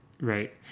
Right